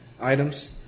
items